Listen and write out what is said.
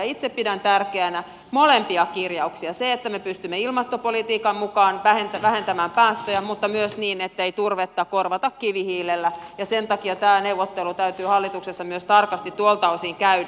itse pidän tärkeinä molempia kirjauksia että me pystymme ilmastopolitiikan mukaan vähentämään päästöjä mutta myös niin ettei turvetta korvata kivihiilellä ja sen takia tämä neuvottelu täytyy hallituksessa myös tarkasti tuolta osin käydä